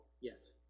Yes